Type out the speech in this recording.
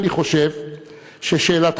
אני חושב ששאלתך,